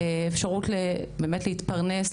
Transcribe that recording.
באפשרות להתפרנס,